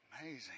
Amazing